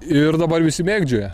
ir dabar visi mėgdžioja